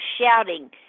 shouting